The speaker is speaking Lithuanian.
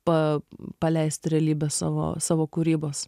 pa paleist realybės savo savo kūrybos